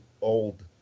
old